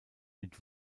mit